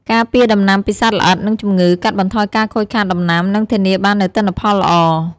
ការពារដំណាំពីសត្វល្អិត និងជំងឺ កាត់បន្ថយការខូចខាតដំណាំ និងធានាបាននូវទិន្នផលល្អ។